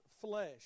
flesh